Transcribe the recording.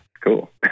Cool